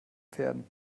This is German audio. pferden